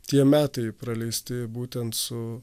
tie metai praleisti būtent su